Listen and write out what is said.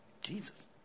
Jesus